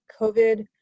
COVID